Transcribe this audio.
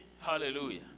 hallelujah